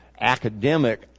academic